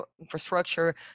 infrastructure